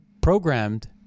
programmed